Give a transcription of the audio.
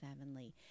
Avonlea